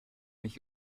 mich